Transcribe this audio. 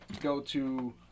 go-to